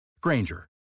Granger